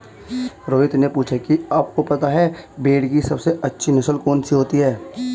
रोहित ने पूछा कि आप को पता है भेड़ की सबसे अच्छी नस्ल कौन सी होती है?